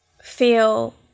feel